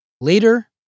Later